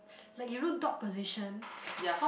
like you know dog position